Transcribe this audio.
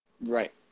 Right